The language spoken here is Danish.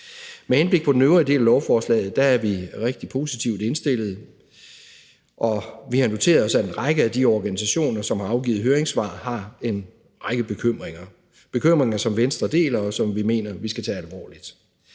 Hvad angår den øvrige del af lovforslaget, er vi rigtig positivt indstillet. Vi har noteret os, at en række af de organisationer, som har afgivet høringssvar, har en række bekymringer – bekymringer, som Venstre deler, og som vi mener at vi skal tage alvorligt.